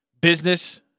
business